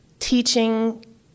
Teaching